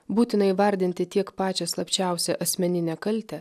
būtina įvardinti tiek pačią slapčiausią asmeninę kaltę